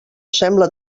sembla